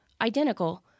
identical